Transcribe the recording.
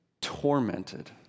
tormented